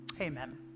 amen